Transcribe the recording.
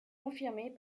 confirmées